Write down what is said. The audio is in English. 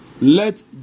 Let